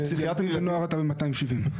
ובילדים ונוער אתה ב-270.